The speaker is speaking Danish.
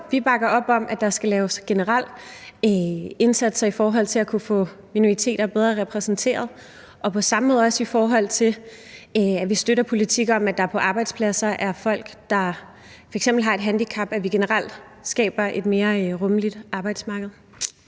vi bakker op om, at der skal laves generelle indsatser i forhold til at kunne få minoriteter bedre repræsenteret, og på samme måde støtter vi også politikker om, at der på arbejdspladser er folk, der f.eks. har et handicap, og at vi generelt skaber et mere rummeligt arbejdsmarked.